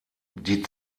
die